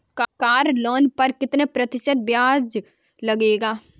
Car loan पर कितना प्रतिशत ब्याज लगेगा?